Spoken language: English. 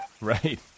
right